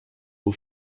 aux